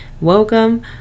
welcome